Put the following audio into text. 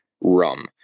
rum